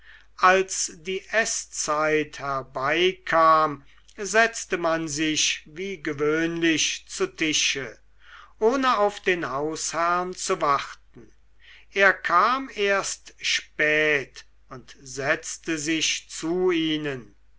als die eßzeit herbeikam setzte man sich wie gewöhnlich zu tische ohne auf den hausherrn zu warten er kam erst spät und setzte sich zu ihnen